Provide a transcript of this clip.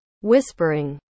Whispering